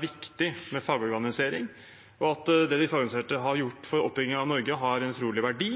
viktig med fagorganisering, og at det de fagorganiserte har gjort for oppbygginga av Norge har en utrolig verdi,